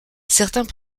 certains